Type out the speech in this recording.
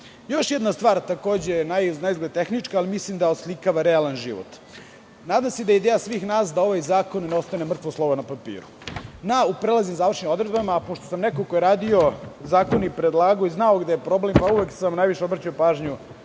jedna stvar, naizgled tehnička, ali mislim da oslikava realan život. Nadam se da je ideja svih nas da ovaj zakon ne ostane mrtvo slovo na papiru. U prelaznim i završnim odredbama, pošto sam neko ko je radio zakonE, predlagao i znao gde je problem, uvek sam najviše pažnje